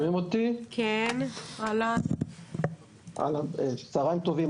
צוהריים טובים.